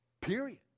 period